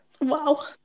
Wow